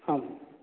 आम्